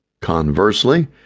Conversely